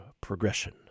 Progression